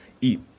eat